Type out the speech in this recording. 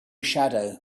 shadow